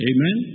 Amen